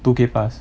two K plus